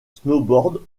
snowboard